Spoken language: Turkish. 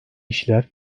işler